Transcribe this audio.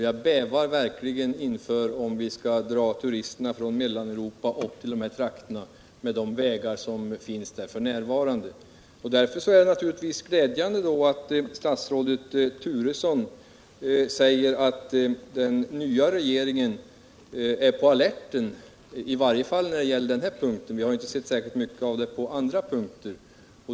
Jag bävar verkligen om vi skall dra turisterna från Mellaneuropa upp till dessa trakter med de vägar som finns där f.n. Därför är det naturligtvis glädjande att statsrådet Turesson säger att den nya regeringen är på alerten i varje fall när det gäller denna punkt. Vi har ju inte sett särskilt mycket av detta på andra punkter.